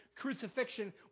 crucifixion